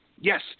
yes